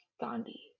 Gandhi